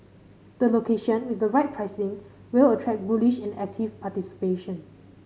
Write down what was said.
the location with the right pricing will attract bullish and active participation